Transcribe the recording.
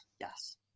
yes